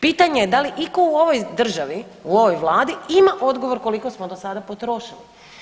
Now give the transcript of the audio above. Pitanje je da li itko u ovoj državi, u ovoj Vladi ima odgovor koliko smo do sada potrošili.